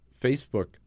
Facebook